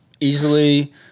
Easily